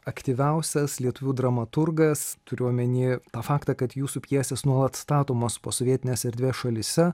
aktyviausias lietuvių dramaturgas turiu omeny tą faktą kad jūsų pjesės nuolat statomos posovietinės erdvės šalyse